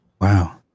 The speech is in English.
Wow